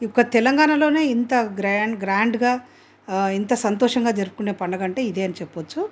ఇది ఒక్క తెలంగాణలోనే ఇంత గ్ర్యాండ్ గ్రాండ్గా ఇంత సంతోషంగా జరుపుకునే పండుగ అంటే ఇదే అని చెప్పొచ్చు